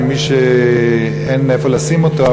למי שאין איפה לשים אותו,